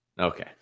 Okay